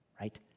right